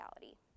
reality